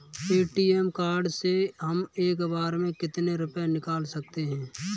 ATM card से हम एक बार में कितने रुपये निकाल सकते हैं?